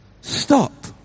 stop